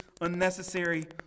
unnecessary